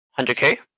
100k